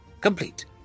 Complete